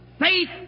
faith